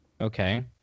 okay